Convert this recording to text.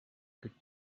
could